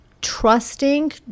trusting